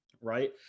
right